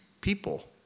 people